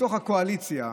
בתוך הקואליציה,